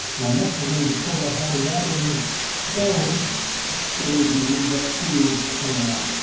ah next, we're going to pull that whole evaporator forward so we can remove that shield from around.